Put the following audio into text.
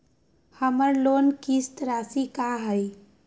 हमर लोन किस्त राशि का हई?